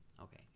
Okay